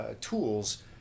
tools